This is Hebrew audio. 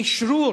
אשרור